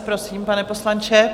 Prosím, pane poslanče.